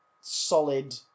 solid